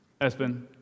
Espen